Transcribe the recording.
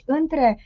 între